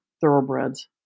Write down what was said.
thoroughbreds